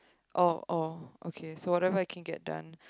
oh oh okay so whatever I can get done